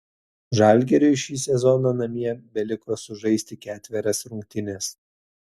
žalgiriui šį sezoną namie beliko sužaisti ketverias rungtynes